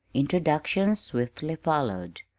introductions swiftly followed,